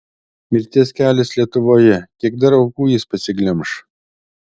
mirties kelias lietuvoje kiek dar aukų jis pasiglemš